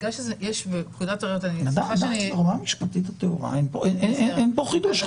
ברמה המשפטית הטהורה אין פה אין פה חידוש.